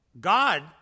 God